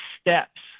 steps